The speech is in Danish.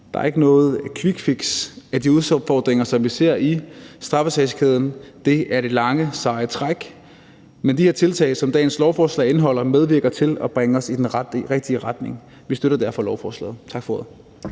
Der er ikke noget quickfix af de udfordringer, som vi ser i straffesagskæden, det er et langt, sejt træk, men de tiltag, som det her lovforslag indeholder, medvirker til at bringe os i den rigtige retning. Vi støtter derfor lovforslaget. Tak for ordet.